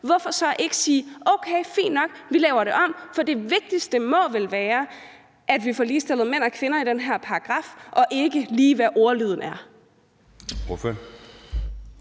hvorfor så ikke sige: Okay, fint nok, vi laver det om? For det vigtigste må vel være, at vi får ligestillet mænd og kvinder i den her paragraf, og ikke lige, hvad ordlyden er.